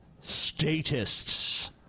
statists